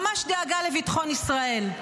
ממש דאגה לביטחון ישראל.